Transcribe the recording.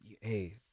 Hey